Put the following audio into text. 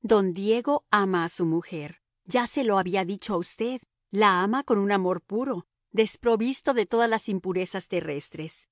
don diego ama a su mujer ya se lo había dicho a usted la ama con un amor puro desprovisto de todas las impurezas terrestres